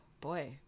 Boy